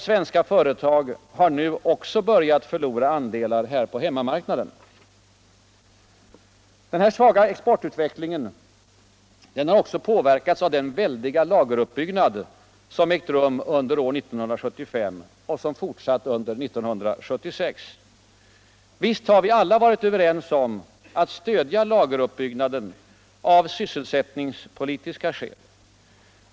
Svenska företag har nu också börjat förlora andelar på hemmamarknaden. Den svaga exportutvecklingen har också påverkats av den väldiga lagcruppbyggnad som ägt rum under år 19735 och som fortsatt under 1976. Visst har vi alla varit överens om att stödja lageruppbyggnaden av sysselsättningspolitiska skäl.